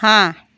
हाँ